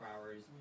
hours